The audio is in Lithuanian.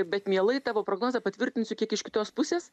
bet mielai tavo prognozę patvirtinsiu kiek iš kitos pusės